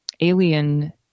alien